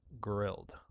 grilled